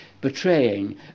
betraying